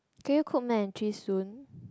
can you cook mac and cheese soon